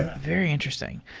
very interesting.